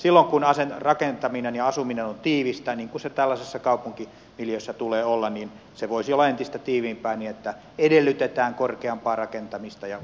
eli silloin kun rakentaminen ja asuminen on tiivistä niin kuin sen tällaisessa kaupunkimiljöössä tulee olla niin se voisi olla entistä tiiviimpää niin että edellytetään korkeampaa rakentamista ja